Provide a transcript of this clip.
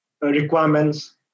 requirements